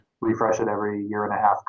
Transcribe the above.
refresh-it-every-year-and-a-half